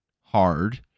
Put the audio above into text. hard